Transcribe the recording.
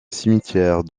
cimetière